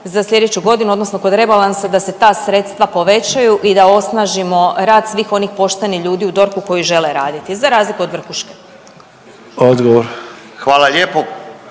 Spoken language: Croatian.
za sljedeću godinu, odnosno kod rebalansa da se ta sredstva povećaju i da osnažimo rad svih onih poštenih ljudi u DORH-u koji žele raditi za razliku od vrhuške. **Sanader,